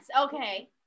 okay